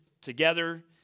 together